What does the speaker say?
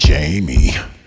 Jamie